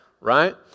right